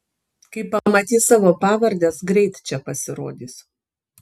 kai pamatys savo pavardes greit čia pasirodys